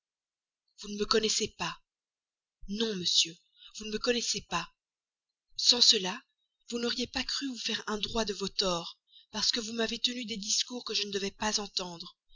vous ne me connaissez pas non monsieur vous ne me connaissez pas sans cela vous n'auriez pas cru pouvoir vous faire un droit de vos torts parce que vous m'avez tenu des discours que je ne devais pas entendre